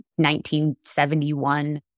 1971